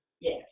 yes